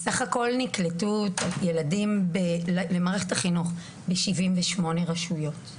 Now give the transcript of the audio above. בסך הכול נקלטו ילדים במערכת החינוך מ-78 רשויות.